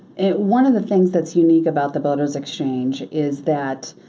one of the things that's unique about the builders exchange is that